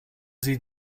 sie